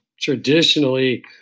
traditionally